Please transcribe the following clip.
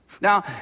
Now